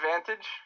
advantage